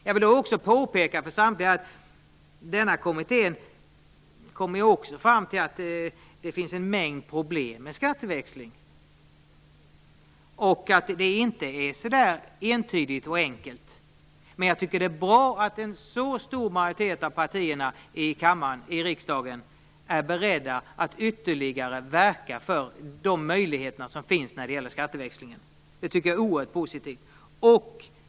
Jag vill påpeka för samtliga att denna kommitté kom fram till att det finns en mängd problem med skatteväxling och att det inte är entydigt och enkelt. Men jag tycker att det är bra att en så stor majoritet av partierna i riksdagens kammare är beredda att ytterligare verka för skatteväxling och använda de möjligheter som finns. Det tycker jag är oerhört positivt.